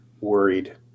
worried